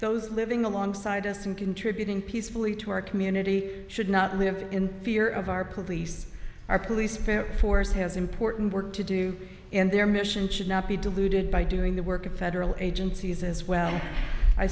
those living alongside us and contributing peacefully to our community should not live in fear of our police our police force has important work to do and their mission should not be diluted by doing the work of federal agencies as well i